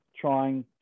trying